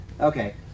okay